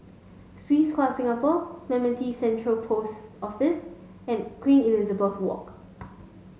Swiss Club Singapore Clementi Central Post Office and Queen Elizabeth Walk